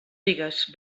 digues